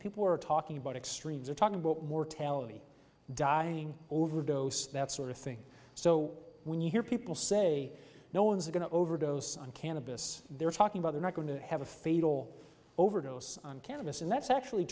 are talking about extremes of talking about mortality dying overdose that sort of thing so when you hear people say no one's going to overdose on cannabis they're talking about they're not going to have a fatal overdose on khamis and that's actually